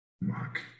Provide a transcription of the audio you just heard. Mark